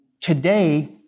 today